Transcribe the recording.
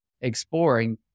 exploring